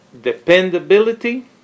dependability